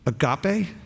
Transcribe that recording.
agape